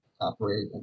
operate